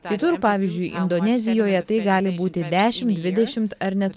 kitur pavyzdžiui indonezijoje tai gali būti dešimt dvidešimt ar net